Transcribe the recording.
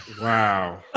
Wow